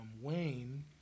Wayne